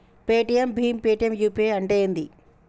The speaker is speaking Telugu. పేటిఎమ్ భీమ్ పేటిఎమ్ యూ.పీ.ఐ అంటే ఏంది?